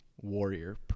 warrior